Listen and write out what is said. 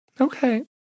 Okay